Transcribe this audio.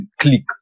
click